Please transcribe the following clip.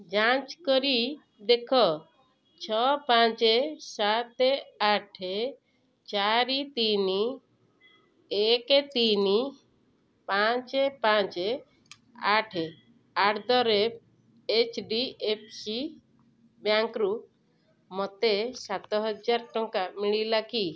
ଯାଞ୍ଚ କରି ଦେଖ ଛଅ ପାଞ୍ଚ ସାତ ଆଠ ଚାରି ତିନି ଏକ ତିନି ପାଞ୍ଚ ପାଞ୍ଚ ଆଠ at the rate H D F C ବ୍ୟାଙ୍କ୍ରୁ ମୋତେ ସାତହଜାର ଟଙ୍କା ମିଳିଲା କି